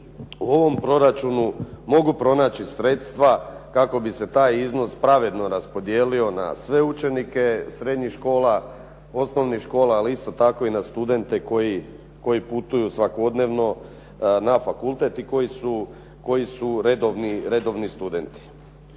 u ovom proračunu mogu pronaći sredstva kako bi se taj iznos pravedno raspodijelio na sve učenike srednjih škola, osnovnih škola, ali isto tako i na studente koji putuju svakodnevno na fakultet i koji su redovni studenti.